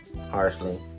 Harshly